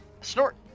Snort